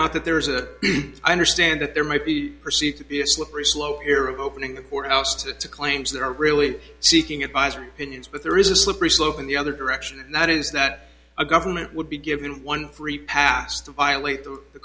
out that there is a i understand that there might be perceived to be a slippery slope here of opening the courthouse to claims that are really seeking advice but there is a slippery slope in the other direction and that is that a government would be given one free pass to violate the